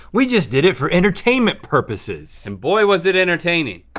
we just did it for entertainment purposes. and boy was it entertaining.